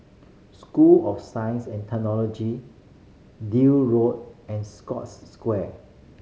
School of Science and Technology Deal Road and Scotts Square